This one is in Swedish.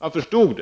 Jag förstod